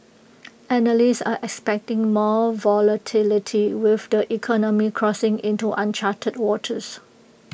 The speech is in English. analysts are expecting more volatility with the economy crossing into uncharted waters